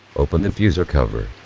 open the fuser cover.